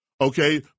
okay